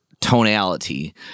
tonality